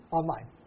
online